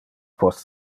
post